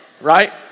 right